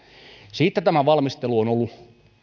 siitä tämän valmistelu on ollut